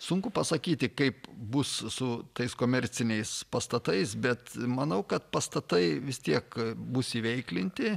sunku pasakyti kaip bus su tais komerciniais pastatais bet manau kad pastatai vis tiek bus įveiklinti